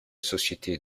société